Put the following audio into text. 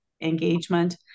engagement